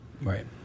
Right